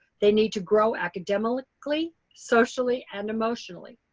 they need to grow academically, socially and emotionally.